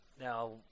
now